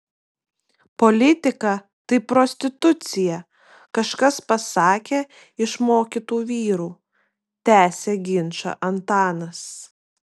politika tai prostitucija kažkas pasakė iš mokytų vyrų tęsia ginčą antanas